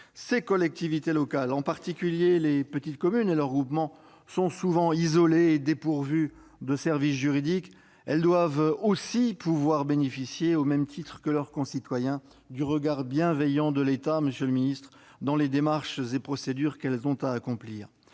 les collectivités, en particulier les petites communes et leurs groupements, souvent isolés et dépourvus de service juridique, doivent aussi pouvoir bénéficier, au même titre que leurs concitoyens, du regard bienveillant de l'État dans les démarches et procédures qu'elles ont à accomplir.